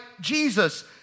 Jesus